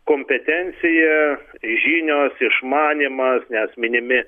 kompetencija žinios išmanymas nes minimi